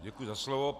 Děkuji za slovo.